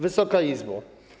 Wysoka Izbo!